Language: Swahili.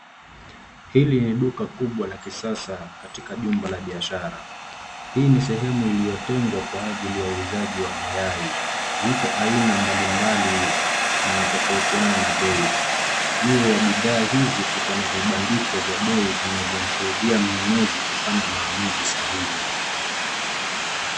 Hili ni duka kubwa la kisasa katika jumba la biashara. Hii ni sehemu iliyotengwa kwa ajili ya uuzaji wa mayai. Ziko aina mbalimbali yanayotofautiana na bei. Juu ya bidhaa hizi kukona vibandiko vya bei vinavyomsaidia mnunuzi kufanya maamuzi sahihi.